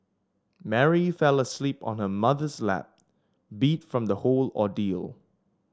Mary fell asleep on her mother's lap beat from the whole ordeal